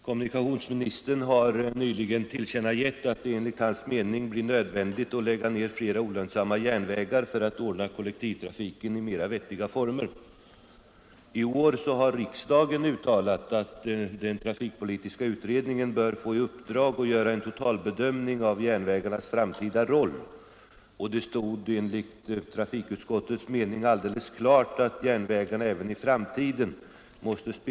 Herr talman! Kommunikationsministern har i en tidningsintervju nyligen tillkännagivit att det enligt hans mening blir ”nödvändigt att lägga ned flera olönsamma järnvägar för att ordna kollektivtrafiken i mera vettiga former”. Det innebär en fortsättning — efter ett avbrott under några år — på den politik som regeringen och statens järnvägar sedan länge fört. Företagsekonomiska motiveringar anförs fortfarande som motiv. Det påstås vara ekonomiskt förmånligare ur SJ:s synpunkt att lägga ner tågtrafiken och i stället ombesörja trafiken med bussar. Det kan emellertid inte anses vara till fyllest att grunda ställningstaganden i detta avseende på enbart företagsekonomiska bedömningar.